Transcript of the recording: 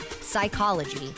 psychology